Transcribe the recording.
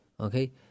okay